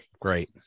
Great